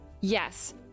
yes